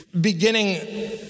beginning